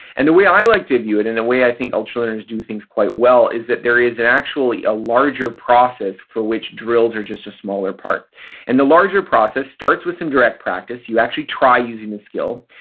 and the way i like to view it, and the way i think ultralearners do things quite well is that there is and actually a larger process for which drills are just a smaller part and the larger process starts with some direct practice. you actually try using the skill.